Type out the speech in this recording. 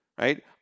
right